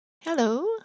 Hello